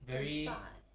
很大 eh